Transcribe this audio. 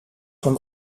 van